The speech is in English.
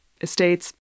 estates